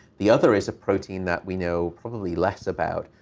the other is a protein that we know probably less about,